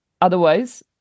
otherwise